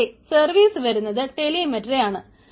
ഇവിടെ സർവീസ് വരുന്നത് ടെലിമെട്രി ആണ്